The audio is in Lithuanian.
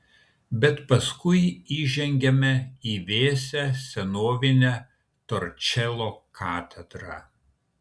bet paskui įžengiame į vėsią senovinę torčelo katedrą